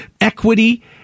equity